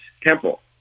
temple